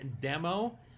demo